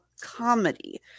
comedy